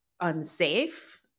unsafe